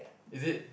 is it